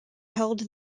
held